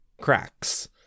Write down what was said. Cracks